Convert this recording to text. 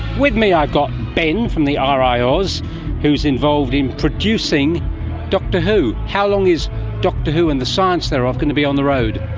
with me i've got ben from the um riaus who is involved in producing doctor who. how long is doctor who and the science thereof going to be on the road?